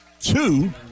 two